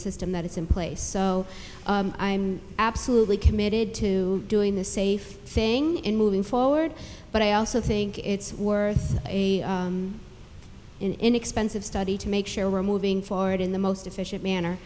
system that is in place so i'm absolutely committed to doing the safe thing and moving forward but i also think it's worth a inexpensive study to make sure we're moving forward in the most efficient manner